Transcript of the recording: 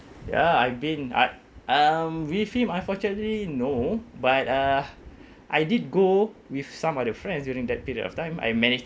ya I've been I um with him unfortunately no but uh I did go with some other friends during that period of time I manage